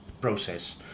process